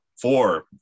Four